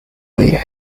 way